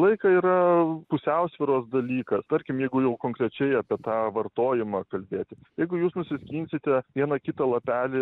laiką yra pusiausvyros dalykas tarkim jeigu jau konkrečiai apie tą vartojimą kalbėti jeigu jūs nusiskinsite vieną kitą lapelį